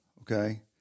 okay